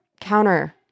counter